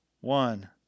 one